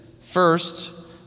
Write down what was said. First